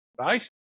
Right